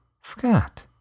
Scott